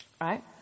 right